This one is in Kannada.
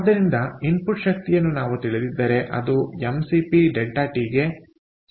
ಆದ್ದರಿಂದ ಇನ್ಪುಟ್ ಶಕ್ತಿಯನ್ನು ನಾವು ತಿಳಿದಿದ್ದರೆ ಅದು m CP ∆T ಗೆ ಸಮನಾಗಿರುತ್ತದೆ